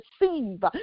receive